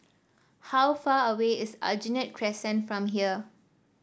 how far away is Aljunied Crescent from here